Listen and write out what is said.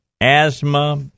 asthma